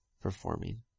performing